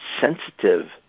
sensitive